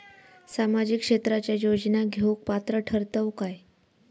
सामाजिक क्षेत्राच्या योजना घेवुक पात्र ठरतव काय?